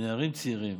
ונערים צעירים